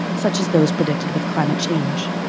such as those predicted with climate change.